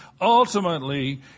ultimately